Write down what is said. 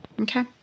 Okay